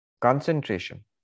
concentration